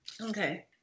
Okay